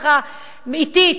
אטית,